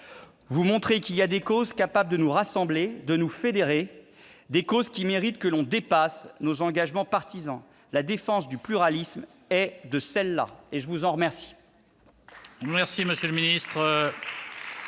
Vous montrez qu'il y a des causes capables de nous rassembler, de nous fédérer, des causes qui méritent que l'on dépasse nos engagements partisans. La défense du pluralisme en fait partie. La parole est à M.